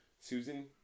Susan